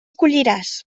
colliràs